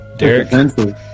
Derek